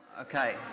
Okay